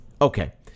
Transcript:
Okay